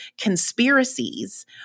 conspiracies